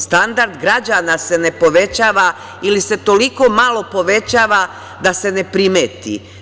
Standard građana se ne povećava ili se toliko malo povećava da se ne primeti.